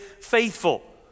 faithful